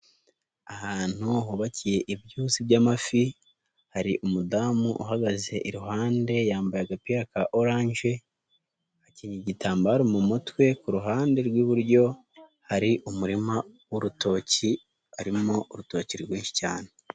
Ahantu hubakiye ibyuzi by'amafi hari umudamu uhagaze iruhande yambaye agapira ka oranje akenyeye igitambaro mu mutwe ku ruhande rw'iburyo hari umurima w'urutoki harimo urutoki rwinshi cyane.